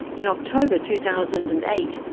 in october, two thousand and eight,